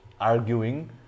arguing